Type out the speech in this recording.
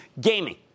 Gaming